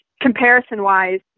comparison-wise